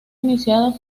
iniciada